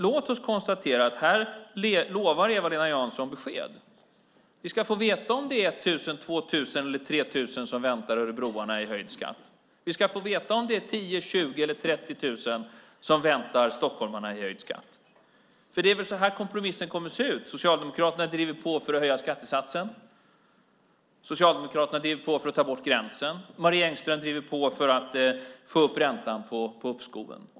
Låt oss konstatera att Eva-Lena Jansson här lovar besked. Vi ska få veta om det är 1 000, 2 000 eller 3 000 kronor som väntar örebroarna i höjd skatt. Vi ska få veta om det är 10 000, 20 000 eller 30 000 konor som väntar stockholmarna i höjd skatt. Det är väl så kompromissen kommer att se ut. Socialdemokraterna driver på för att höja skattesatsen. Socialdemokraterna driver på för att ta bort gränsen. Marie Engström driver på för att få upp räntan på uppskoven.